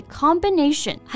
combination